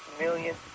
million